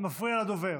זה מפריע לדובר.